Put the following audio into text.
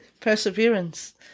perseverance